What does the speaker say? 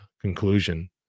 conclusion